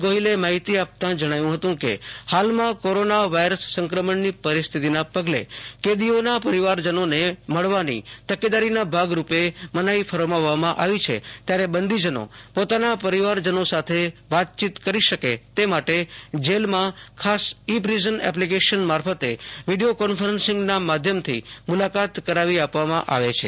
ગોહિલે માહિતી આપતા જણાવ્યું હતું કે હાલમાં કોરોના વાયરસ સંક્રમણની પરિસ્થિતિના પગલે કેદીઓના પરિવારજનોને મળવાની તકેદારીના ભાગરૂપે મનાઈ ફરમાવવામાં આવી છે ત્યારે બંદીજનો પોતાના પરિવારજનો સાથે વાતચીત કરી શકે તે માટે જેલમાં ખાસ ઈ પ્રિઝન એપ્લિકેશન માફરતે વિડીયો કોન્ફરન્સીંગના માધ્યમથી મુલાકાત કરાવી આપવામાં આવે છે